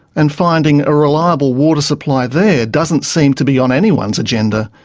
and finding a reliable water supply there doesn't seem to be on anyone's agenda.